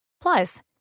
Plus